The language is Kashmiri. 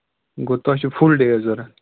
گوٚو تۄہہِ چھُو فُل ڈیٚے حظ ضروٗرت